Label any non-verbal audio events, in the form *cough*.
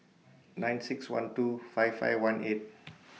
nine six one two five five one eight *noise*